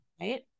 right